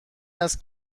است